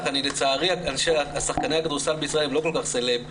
לצערי שחקני הכדורסל בישראל הם לא כל כך סלב,